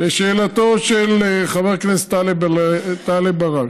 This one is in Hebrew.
לשאלתו של חבר הכנסת טלב אבו עראר,